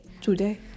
today